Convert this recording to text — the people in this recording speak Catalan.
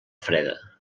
freda